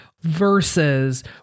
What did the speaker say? versus